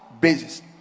basis